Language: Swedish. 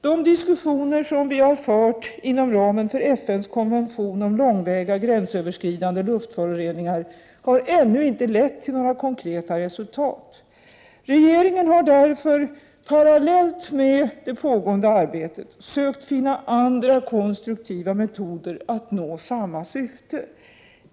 De diskussioner som vi har fört inom ramen för FN:s konvention om långväga gränsöverskridande luftföroreningar har ännu inte lett till några konkreta resultat. Regeringen har därför, parallellt med det pågående arbetet, försökt att finna andra konstruktiva metoder att nå samma syfte.